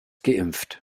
geimpft